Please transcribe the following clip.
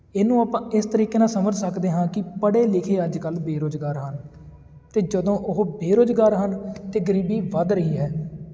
ਇਹਨੂੰ ਆਪਾਂ ਇਸ ਤਰੀਕੇ ਨਾਲ ਸਮਝ ਸਕਦੇ ਹਾਂ ਕਿ ਪੜ੍ਹੇ ਲਿਖੇ ਅੱਜ ਕੱਲ੍ਹ ਬੇਰੁਜ਼ਗਾਰ ਹਨ ਅਤੇ ਜਦੋਂ ਉਹ ਬੇਰੁਜ਼ਗਾਰ ਹਨ ਤਾਂ ਗਰੀਬੀ ਵੱਧ ਰਹੀ ਹੈ